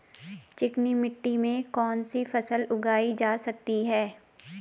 चिकनी मिट्टी में कौन सी फसल उगाई जा सकती है?